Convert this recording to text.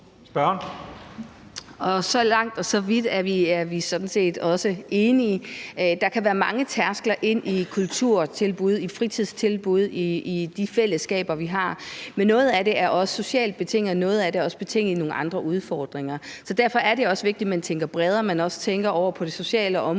Så langt og så vidt er vi sådan set også enige. Der kan være mange tærskler i kulturtilbud, i fritidstilbud, i de fællesskaber, vi har, men noget af det er også socialt betinget, og noget af det er også betinget af nogle andre udfordringer. Derfor er det også vigtigt, at man tænker bredere, at man også tænker det ind på det sociale område